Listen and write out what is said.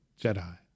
Jedi